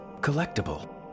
collectible